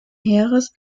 heeres